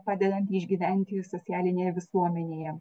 padedanti išgyventi socialinėje visuomenėje